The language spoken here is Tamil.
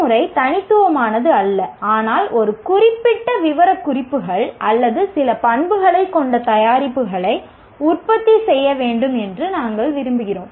செயல்முறை தனித்துவமானது அல்ல ஆனால் ஒரு குறிப்பிட்ட விவரக்குறிப்புகள் அல்லது சில பண்புகளைக் கொண்ட தயாரிப்புகளை உற்பத்தி செய்ய வேண்டும் என்று நாங்கள் விரும்புகிறோம்